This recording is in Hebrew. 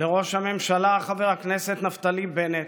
לראש הממשלה חבר הכנסת נפתלי בנט,